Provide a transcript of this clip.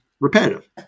repetitive